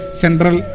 central